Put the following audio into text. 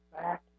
back